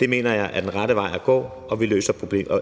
Det mener jeg er den rette vej at gå,